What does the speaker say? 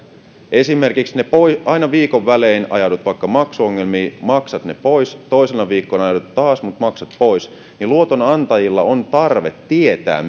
esimerkiksi jos vaikka aina viikon välein ajaudut maksuongelmiin ja maksat ne pois ja toisena viikkona joudut taas mutta maksat pois koska luotonantajilla on tarve tietää